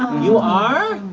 you are?